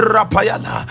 Rapayala